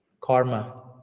karma